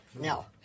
no